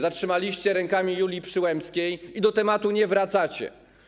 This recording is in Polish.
Zatrzymaliście to rękami Julii Przyłębskiej i do tematu nie wracacie.